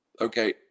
okay